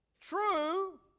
true